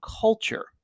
Culture*